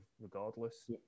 regardless